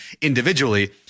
individually